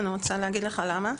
אני רוצה להגיד לך למה.